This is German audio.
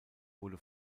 wurde